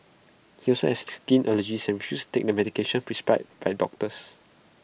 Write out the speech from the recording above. he also has skin allergies and refuses to take the medication prescribed by doctors